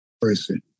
person